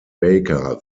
baker